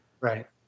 right